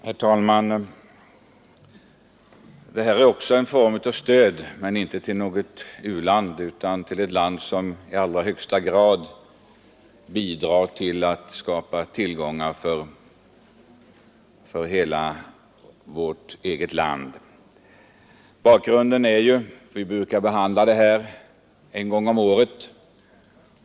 Herr talman! Det här är också fråga om en form av stöd men inte till något u-land utan till en landsdel som i allra högsta grad bidrar till att skapa tillgångar åt oss. Vi brukar behandla den här frågan en gång om året.